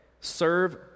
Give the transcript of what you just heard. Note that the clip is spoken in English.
Serve